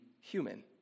human